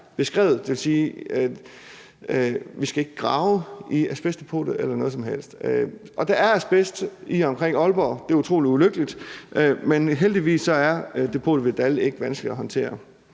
beskrevet. Det vil sige, at vi ikke skal grave i asbestdepotet eller noget som helst. Der er asbest i og omkring Aalborg, det er utrolig ulykkeligt, men heldigvis er depotet ved Dall ikke vanskeligt at håndtere.